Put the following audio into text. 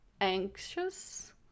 anxious